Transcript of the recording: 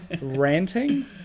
ranting